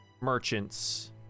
merchants